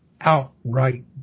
outright